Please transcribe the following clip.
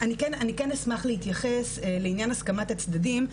אני כן אשמח להתייחס לעניין הסכמת הצדדים,